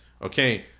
Okay